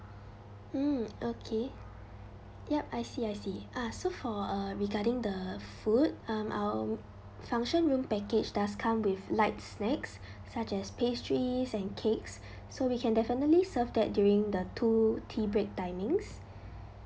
mm okay yup I see I see ah so for uh regarding the food um our function room package does come with light snacks such as pastries and cakes so we can definitely serve that during the two tea break timings